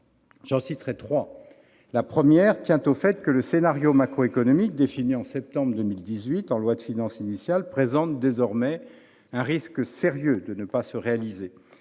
J'en citerai trois. La première tient au fait que le scénario macroéconomique défini en septembre 2018 en loi de finances initiale présente désormais un risque sérieux de ne pas se réaliser.